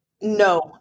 no